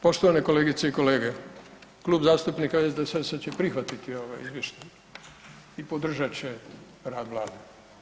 Poštovane kolegice i kolege Klub zastupnika SDSS-a će prihvatiti ovaj izvještaj i podržat će rad Vlade.